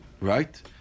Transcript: Right